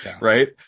Right